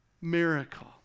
miracle